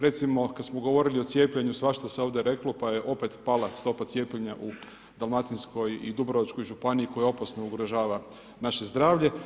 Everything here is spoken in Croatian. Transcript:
Recimo, kada smo govorili o cijepljenju, svašta se ovdje rekla, pa je opet pala stopa cijepljenja u Dalmatinskoj i Dubrovačkoj županiji koja opasno ugrožava naše zdravlje.